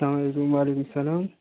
سلامُ علیکُم وعلیکُم سَلام